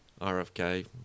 RFK